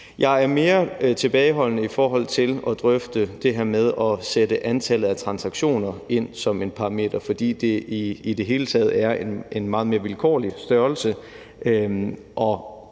Jeg er mere tilbageholdende i forhold til at drøfte det her med at sætte antallet af transaktioner ind som et parameter, fordi det i det hele taget er en meget mere vilkårlig størrelse,